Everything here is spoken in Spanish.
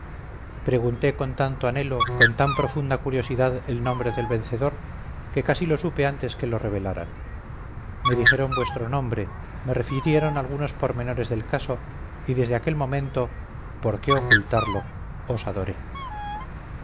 pregunté con tanto anhelo con tan profunda curiosidad el nombre del vencedor que casi lo supe antes que lo revelaran me dijeron vuestro nombre me refirieron algunos pormenores del caso y desde aquel momento por qué ocultarlo os adoré